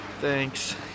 Thanks